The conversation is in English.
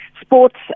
sports